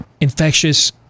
infectious